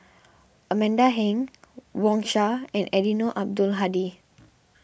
Amanda Heng Wang Sha and Eddino Abdul Hadi